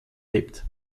lebt